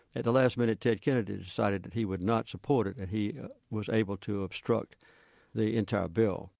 at the last minute, ted kennedy decided that he would not support it and he was able to obstruct the entire bill